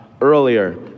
earlier